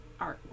artwork